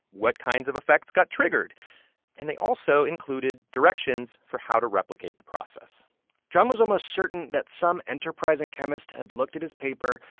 what kinds of effects got triggered and they also included directions for how to replicate the process john was almost certain that some enterprising chemist had looked at his paper,